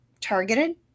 targeted